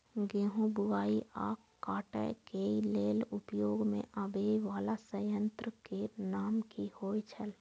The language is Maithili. गेहूं बुआई आ काटय केय लेल उपयोग में आबेय वाला संयंत्र के नाम की होय छल?